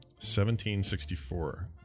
1764